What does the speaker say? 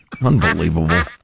Unbelievable